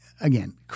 again